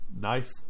Nice